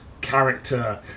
character